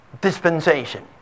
dispensation